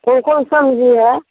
कौन कौन सब्ज़ी है